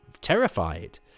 terrified